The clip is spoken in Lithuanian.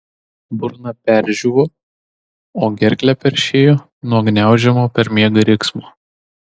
burna perdžiūvo o gerklę peršėjo nuo gniaužiamo per miegą riksmo